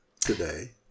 today